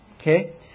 Okay